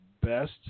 best